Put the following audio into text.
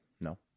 No